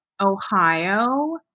Ohio